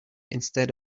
instead